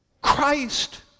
Christ